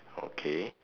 okay